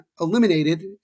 eliminated